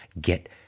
get